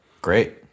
Great